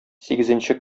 сигезенче